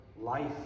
life